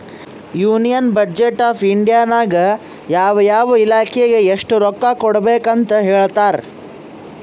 union budget of India ನಾಗ್ ಯಾವ ಯಾವ ಇಲಾಖೆಗ್ ಎಸ್ಟ್ ರೊಕ್ಕಾ ಕೊಡ್ಬೇಕ್ ಅಂತ್ ಹೇಳ್ತಾರ್